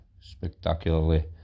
spectacularly